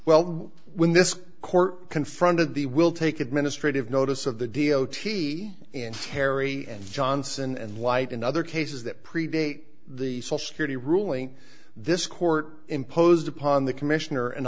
well when this court confronted the will take administrative notice of the d o t and carrie johnson and light in other cases that predate the social security ruling this court imposed upon the commissioner an